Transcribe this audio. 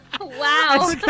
wow